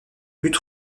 but